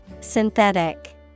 synthetic